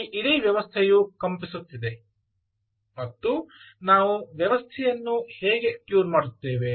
ಈ ಇಡೀ ವ್ಯವಸ್ಥೆಯು ಕಂಪಿಸುತ್ತಿದೆ ಮತ್ತು ನಾವು ವ್ಯವಸ್ಥೆಯನ್ನು ಹೇಗೆ ಟ್ಯೂನ್ ಮಾಡುತ್ತೇವೆ